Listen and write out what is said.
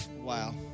Wow